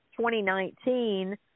2019